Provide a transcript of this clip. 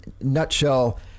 nutshell